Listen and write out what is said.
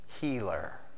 healer